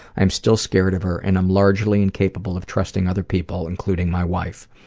i'm still scared of her and i'm largely incapable of trusting other people, including my wife.